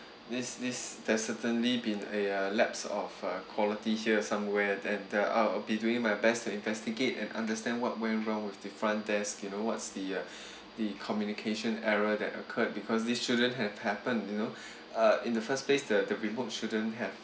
this this there's certainly been a uh lapse of uh quality here somewhere and uh I'll be doing my best to investigate and understand what went wrong with the front desk you know what's the uh the communication error that occurred because this shouldn't have happened you know uh in the first place the remote shouldn't have